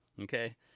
Okay